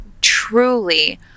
truly